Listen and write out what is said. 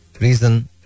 Reason